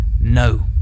No